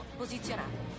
posizionato